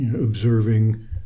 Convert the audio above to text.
observing